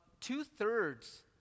two-thirds